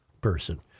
person